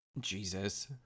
Jesus